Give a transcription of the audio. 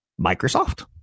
Microsoft